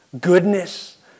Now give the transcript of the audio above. goodness